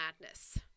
madness